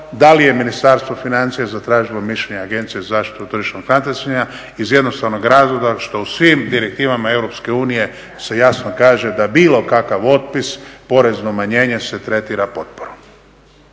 da li je Ministarstvo financija zatražilo mišljenje Agencije za zaštitu od tržišnog natjecanja iz jednostavnog razloga što u svim direktivama Europske unije se jasno kaže da bilo kakav otpis, porezno umanjenje se tretira potporom.